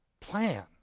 plan